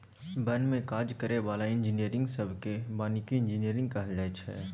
बन में काज करै बला इंजीनियरिंग सब केँ बानिकी इंजीनियर कहल जाइ छै